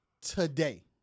today